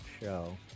Show